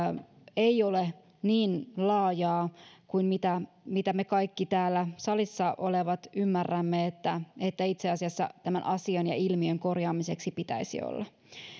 ei ole ollut niin laajaa kuin mitä mitä me kaikki täällä salissa olevat ymmärrämme että että itse asiassa tämän asian ja ilmiön korjaamiseksi pitäisi olla